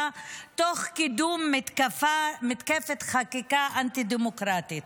תוך קידום מתקפת חקיקה אנטי-דמוקרטית.